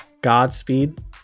Godspeed